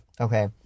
okay